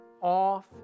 off